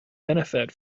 benefit